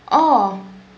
oh